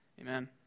Amen